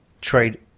trade